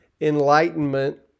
enlightenment